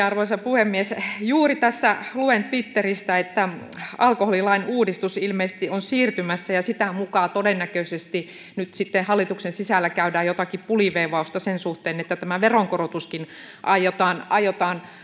arvoisa puhemies juuri tässä luen twitteristä että alkoholilain uudistus ilmeisesti on siirtymässä ja sitä mukaa todennäköisesti nyt sitten hallituksen sisällä käydään jotakin puliveivausta sen suhteen että tämä veronkorotuskin aiotaan aiotaan